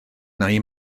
neu